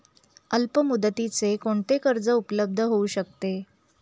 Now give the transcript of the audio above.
अल्पमुदतीचे कोणते कर्ज उपलब्ध होऊ शकते?